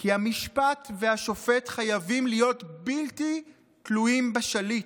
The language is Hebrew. כי המשפט והשופט חייבים להיות בלתי תלויים בשליט,